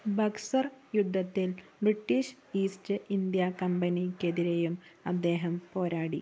ബക്സർ യുദ്ധത്തിൽ British east India കമ്പനിക്കെതിരെയും അദ്ദേഹം പോരാടി